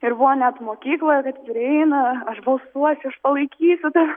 ir buvo net mokykloje kad prieina aš balsuosiu aš palaikysiu